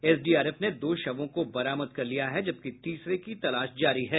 SDRF ने दो शवों को बरामद कर लिया है जबकि तीसरे की तलाश जारी है